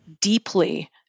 deeply